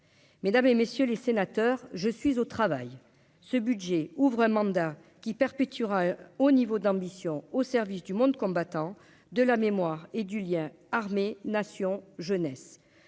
Mesdames et messieurs les sénateurs, je suis au travail ce budget ouvre un mandat qui perpétuera au niveau de l'ambition au service du monde combattant de la mémoire et du lien armée nation jeunesse